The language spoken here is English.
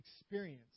experience